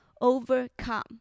overcome